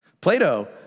Plato